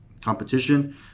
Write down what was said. competition